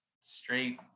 straight